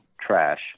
trash